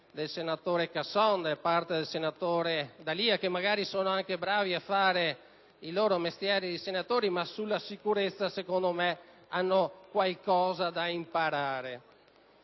dei senatori Casson e D'Alia, che magari sono anche bravi a fare il loro mestiere di senatori, ma sulla sicurezza, secondo me, hanno qualcosa da imparare.